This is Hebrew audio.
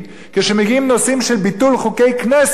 כשמגיעים נושאים של ביטול חוקי כנסת,